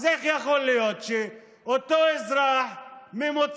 אז איך יכול להיות שאותו אזרח ממוצע,